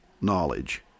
knowledge